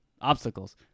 obstacles